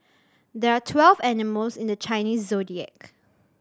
there are twelve animals in the Chinese Zodiac